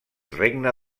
regne